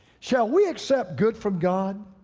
shall we accept good from god